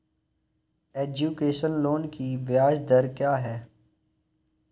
Education loan की ब्याज दर क्या है?